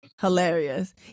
Hilarious